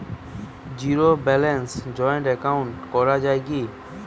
Zero ব্যালেন্সে joint account করা য়ায় কি?